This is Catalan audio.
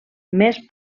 més